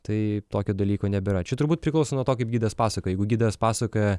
tai tokio dalyko nebėra čia turbūt priklauso nuo to kaip gidas pasakoja jeigu gidas pasakoja